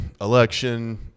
election